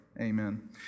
Amen